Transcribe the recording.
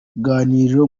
ruganiriro